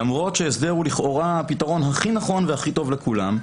למרות שההסדר הוא לכאורה הפתרון הכי נכון והכי טוב לכולם,